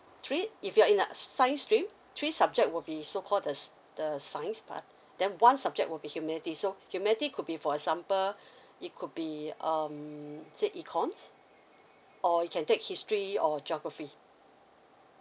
three if you're in the science stream three subject will be so called the the science part then one subject would be humanity so humanity could be for example it could be um say econs or you can take history or geography